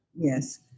Yes